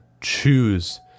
choose